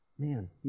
Man